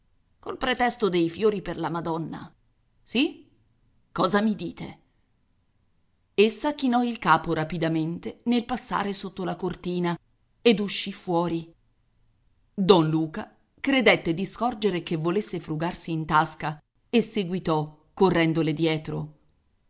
col pretesto dei fiori per la madonna sì cosa mi dite essa chinò il capo rapidamente nel passare sotto la cortina ed uscì fuori don luca credette di scorgere che volesse frugarsi in tasca e seguitò correndole dietro